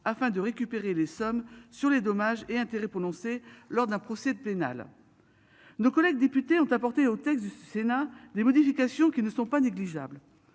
afin de récupérer les sommes sur les dommages et intérêts, prononcés lors d'un procès pénal. Nos collègues députés ont apporté au texte du Sénat des modifications qui ne sont pas négligeables.